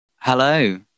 hello